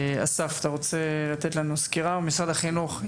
אסף, אתה רוצה לתת לנו סקירה, משרד החינוך?